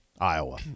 Iowa